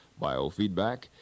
biofeedback